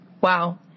Wow